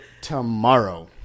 tomorrow